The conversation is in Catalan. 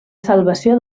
salvació